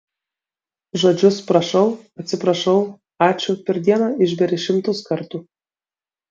žodžius prašau atsiprašau ačiū per dieną išberi šimtus kartų